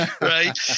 Right